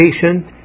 patient